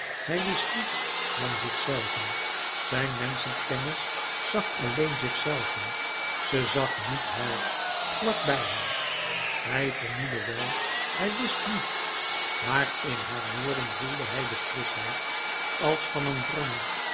hij wist niets dan zichzelven zijn menschenkennis zag alleen zichzelven ze zag niet haar vlak bij hem hij vermoedde wel hij wist niet maar in haar woorden voelde hij de frischheid als van een bron